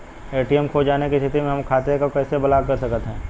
ATM खो जाने की स्थिति में हम खाते को कैसे ब्लॉक कर सकते हैं?